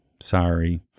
Sorry